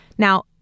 Now